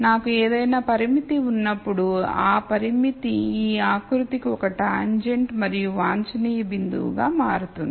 నాకు ఏదైనా పరిమితి ఉన్నప్పుడ ఆ పరిమితి ఈ ఆకృతికి ఒక టాంజెంట్ మరియు వాంఛనీయ బిందువు గా మారుతుంది